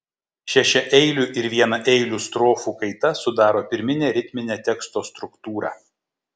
šešiaeilių ir vienaeilių strofų kaita sudaro pirminę ritminę teksto struktūrą